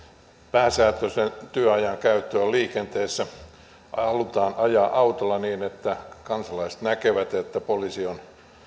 pääsääntöinen työajan käyttö on liikenteessä halutaan ajaa autolla niin että kansalaiset näkevät että poliisi on